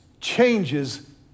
changes